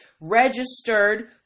registered